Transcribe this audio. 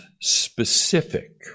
specific